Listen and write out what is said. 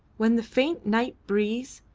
when the faint night breeze,